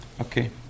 okay